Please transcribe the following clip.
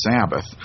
Sabbath